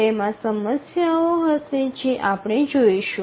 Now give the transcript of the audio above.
તેમાં સમસ્યાઓ હશે જે આપણે જોઈશું